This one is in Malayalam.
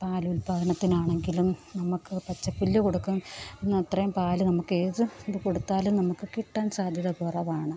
പാൽ ഉൽപാദനത്തിനാണെങ്കിലും നമ്മൾക്ക് പച്ചപ്പുല്ല് കൊടുക്കു ന്നത്രേം പാൽ നമ്മൾക്ക് ഏത് ഇത് കൊടുത്താലും നമ്മൾക്ക് കിട്ടാന് സാധ്യത കുറവാണ്